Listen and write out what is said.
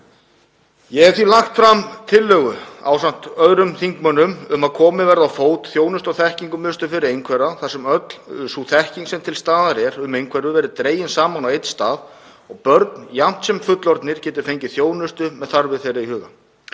Ég hef lagt fram tillögu ásamt öðrum þingmönnum um að komið verði á fót þjónustu- og þekkingarmiðstöð fyrir einhverfa þar sem öll sú þekking sem til staðar er um einhverfu verði dregin saman á einn stað og börn jafnt sem fullorðnir geti fengið þjónustu með þarfir þeirra í huga.